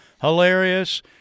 Hilarious